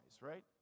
right